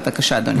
בבקשה, אדוני.